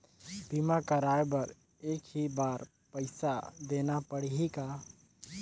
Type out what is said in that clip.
बीमा कराय बर एक ही बार पईसा देना पड़ही का?